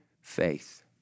faith